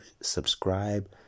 Subscribe